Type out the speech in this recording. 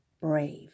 brave